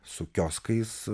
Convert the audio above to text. su kioskais